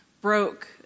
broke